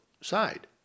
side